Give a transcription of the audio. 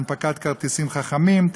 הנפקת כרטיסים חכמים,